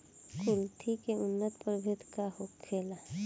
कुलथी के उन्नत प्रभेद का होखेला?